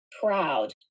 proud